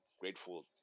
grateful